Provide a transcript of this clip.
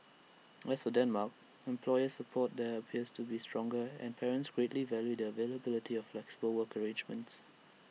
as for Denmark employer support there appears to be stronger and parents greatly value the availability of flexible work arrangements